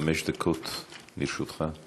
חמש דקות לרשותך.